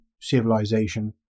civilization